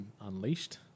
Unleashed